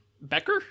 Becker